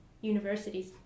universities